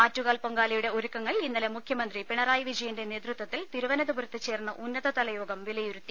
ആറ്റുകാൽ പൊങ്കാലയുടെ ഒരുക്കങ്ങൾ ഇന്നലെ മുഖ്യമന്ത്രി പിണറായി വിജയന്റെ നേതൃത്വത്തിൽ തിരുവനന്തപുരത്ത് ചേർന്ന ഉന്നതതലയോഗം വിലയിരുത്തി